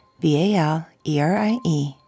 V-A-L-E-R-I-E